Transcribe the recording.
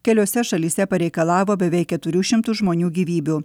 keliose šalyse pareikalavo beveik keturių šimtų žmonių gyvybių